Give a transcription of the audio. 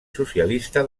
socialista